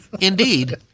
Indeed